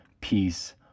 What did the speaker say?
peace